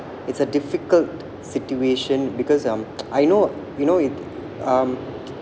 it's a difficult situation because um I know you know it um